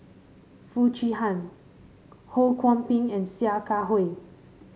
Foo Chee Han Ho Kwon Ping and Sia Kah Hui